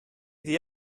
the